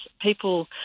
People